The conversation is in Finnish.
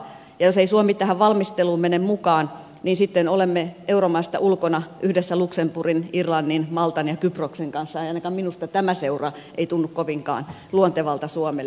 jos ei suomi tähän valmisteluun mene mukaan niin sitten olemme euromaista ulkona yhdessä luxemburgin irlannin maltan ja kyproksen kanssa ja ainakaan minusta tämä seura ei tunnu kovinkaan luontevalta suomelle